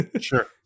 Sure